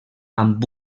amb